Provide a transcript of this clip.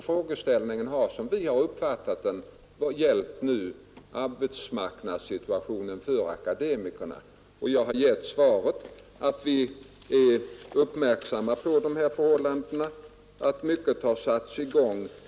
Frågeställningen har, som vi uppfattat den, nu gällt arbetsmarknadssituationen för akademikerna. Jag har givit svaret att vi är uppmärksam ma på dessa förhållanden och att mycket har satts i gång.